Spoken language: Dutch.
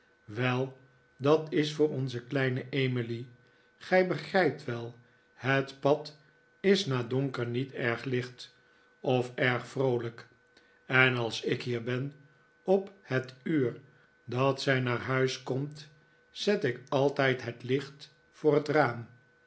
wei dat is voor onze kleine emily gij begrijpt wel het pad is na donker niet erg licht of erg vroolijk en als ik hier ben op het uur dat zij naar huis komt zet ik altijd het licht voor het raam